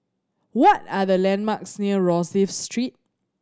what are the landmarks near Rosyth Road